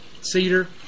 cedar